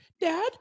Dad